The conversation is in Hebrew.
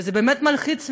וזה באמת מלחיץ מאוד,